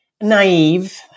naive